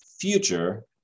future